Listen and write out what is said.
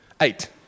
eight